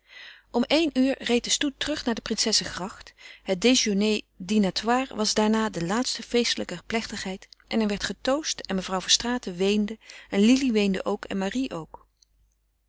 om éen uur reed de stoet terug naar de princessegracht het déjeuner dinatoire was daarna de laatste feestelijke plechtigheid en er werd getoast en mevrouw verstraeten weende en lili weende ook en marie ook